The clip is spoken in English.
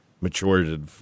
matured